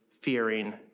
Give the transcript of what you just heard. fearing